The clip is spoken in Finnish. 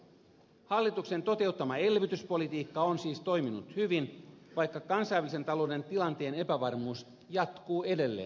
hallituksen toteuttama elvytyspolitiikka on siis toiminut hyvin vaikka kansainvälisen talouden tilanteen epävarmuus jatkuu edelleen